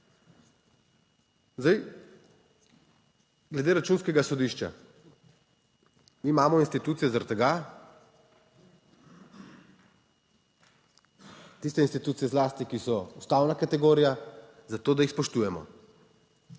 Zdaj, glede Računskega sodišča. Mi imamo institucije zaradi tega, tiste institucije zlasti, ki so ustavna kategorija zato, da jih spoštujemo.